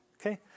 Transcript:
okay